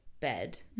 bed